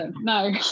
No